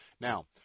Now